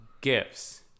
Gifts